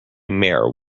mare